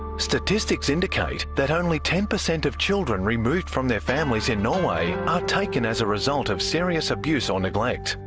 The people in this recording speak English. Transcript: statistics indicate that only ten percent of children removed from their families in norway are taken as a result of serious abuse or neglect.